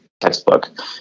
textbook